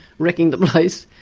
wrecking the place,